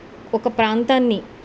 ఒక ప్రాంతాన్ని